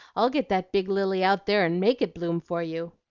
i'll get that big lily out there and make it bloom for you.